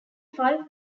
five